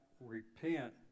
repent